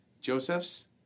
Joseph's